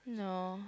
no